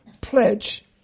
pledge